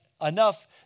enough